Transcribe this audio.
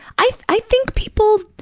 i i think people,